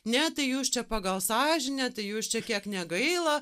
ne tai jūs čia pagal sąžinę tai jūs čia kiek negaila